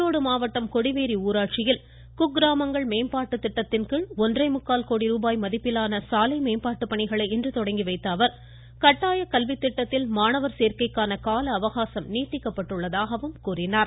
ஈரோடு மாவட்டம் கொடிவேரி ஊராட்சியில் குக்கிராமங்கள் மேம்பாட்டு திட்டத்தின் கீழ் ஒன்றே முக்கால் கோடிருபாய் மதிப்பிலான சாலை மேம்பாட்டு பணிகளை இன்று தொடங்கி வைத்த அவர் கட்டாய கல்வி திட்டத்தில் மாணவர் சேர்க்கைக்கான கால அவகாசம் நீட்டிக்கப்பட்டுள்ளதாக கூறினார்